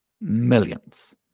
Millions